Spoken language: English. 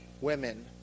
women